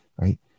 right